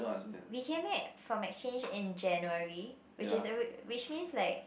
we came back from exchange in January which is alre~ which means like